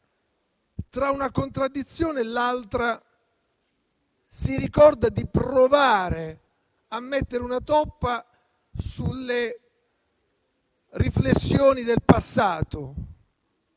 tra una contraddizione e l'altra, si ricorda di provare a mettere una toppa sulle riflessioni del passato.